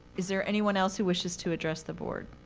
is there anyone else who wishes to address the board?